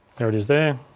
there it is there,